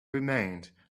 remained